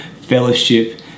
fellowship